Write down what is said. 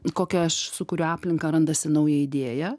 kokią aš sukuriu aplinką randasi nauja idėja